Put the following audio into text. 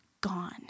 gone